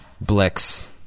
Blix